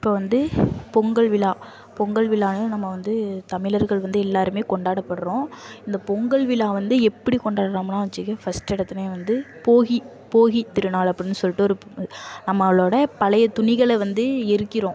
இப்போ வந்து பொங்கல் விழா பொங்கல் விழான்னே நம்ம வந்து தமிழர்கள் வந்து எல்லாருமே கொண்டாடப்படுறோம் இந்த பொங்கல் விழா வந்து எப்படி கொண்டாடுறோமுன்னா வச்சிக்க ஃபஸ்ட் எடுத்தோடன்னே வந்து போகி போகித்திருநாள் அப்படின்னு சொல்லிட்டு ஒரு நம்மளோட பழைய துணிகளை வந்து எரிக்கிறோம்